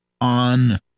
on